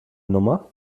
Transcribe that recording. nummer